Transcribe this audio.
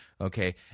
okay